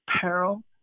peril